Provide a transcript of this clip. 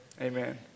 amen